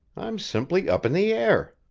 i'm simply up in the air.